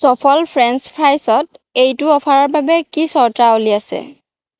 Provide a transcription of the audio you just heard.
সফল ফ্ৰেঞ্চ ফ্ৰাইছত এইটো অ'ফাৰৰ বাবে কি চৰ্তাৱলী আছে